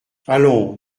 allons